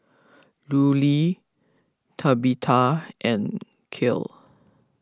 Lulie Tabitha and Kiel